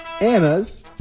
Anna's